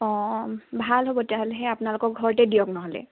অঁ অ ভাল হ'ব তেতিয়াহ'লে সেই আপোনালোকক ঘৰতে দিয়ক নহ'লে